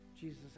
Jesus